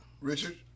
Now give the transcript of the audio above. Richard